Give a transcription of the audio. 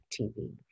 TV